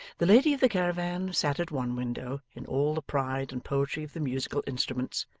the lady of the caravan sat at one window in all the pride and poetry of the musical instruments,